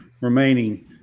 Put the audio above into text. remaining